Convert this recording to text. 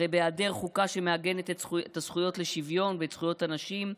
הרי בהיעדר חוקה שמעגנת את הזכויות לשוויון ואת זכויות הנשים,